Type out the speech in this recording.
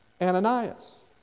Ananias